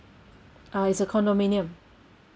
uh it's a condominium